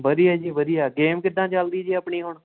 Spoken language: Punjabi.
ਵਧੀਆ ਜੀ ਵਧੀਆ ਗੇਮ ਕਿੱਦਾਂ ਚੱਲਦੀ ਜੀ ਆਪਣੀ ਹੁਣ